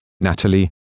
Natalie